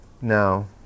No